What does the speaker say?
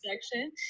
section